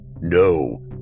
No